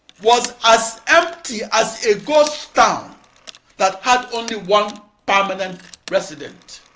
was as empty as a ghost town that had only one permanent resident.